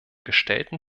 gestellten